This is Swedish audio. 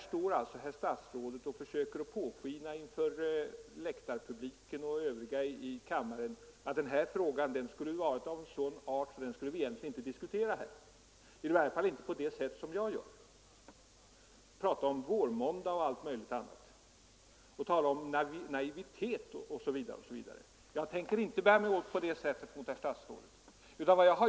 Statsrådet försöker här inför läktarpubliken och kammaren påskina att denna fråga skulle vara av sådan art att vi egentligen inte skulle diskutera den här, i varje fall inte på det sätt som jag gör. Statsrådet pratar om vårmåndag och allt möjligt annat och talar om naivitet osv. Jag tänker inte bära mig åt på det sättet mot herr statsrådet.